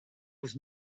was